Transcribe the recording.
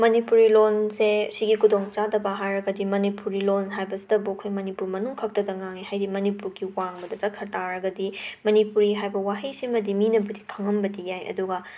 ꯃꯅꯤꯄꯨꯔꯤ ꯂꯣꯟꯁꯦ ꯁꯤꯒꯤ ꯈꯨꯗꯣꯡꯆꯥꯗꯕ ꯍꯥꯏꯔꯒꯗꯤ ꯃꯅꯤꯄꯨꯔꯤ ꯂꯣꯟ ꯍꯥꯏꯕꯁꯤꯇꯕꯨ ꯑꯈꯣꯏ ꯃꯅꯤꯄꯨꯔ ꯃꯅꯨꯡꯈꯛꯇꯗ ꯉꯥꯡꯉꯦ ꯍꯥꯏꯗꯤ ꯃꯅꯤꯄꯨꯔꯒꯤ ꯋꯥꯡꯃꯗ ꯆꯠꯈ꯭ꯔ ꯇꯥꯔꯒꯗꯤ ꯃꯅꯤꯄꯨꯔꯤ ꯍꯥꯏꯕ ꯋꯥꯍꯩꯁꯤꯃꯗꯤ ꯃꯤꯅꯕꯨꯗꯤ ꯈꯪꯉꯝꯕꯗꯤ ꯌꯥꯏ ꯑꯗꯨꯒ